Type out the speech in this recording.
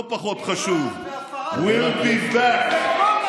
לא פחות חשוב: We will back soon.